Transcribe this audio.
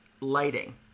lighting